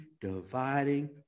dividing